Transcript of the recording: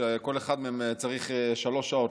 ולכל אחד מהם צריך שלוש שעות,